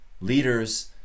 leaders